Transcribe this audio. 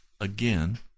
again